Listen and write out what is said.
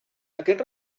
aquest